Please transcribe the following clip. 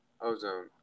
ozone